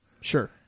Sure